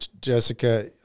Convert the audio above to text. Jessica